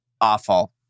awful